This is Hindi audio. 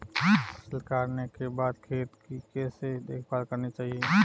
फसल काटने के बाद खेत की कैसे देखभाल करनी चाहिए?